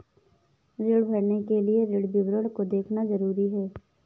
ऋण भरने के लिए ऋण विवरण को देखना ज़रूरी है